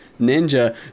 Ninja